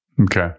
Okay